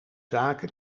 zaken